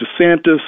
DeSantis